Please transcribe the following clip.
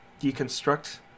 deconstruct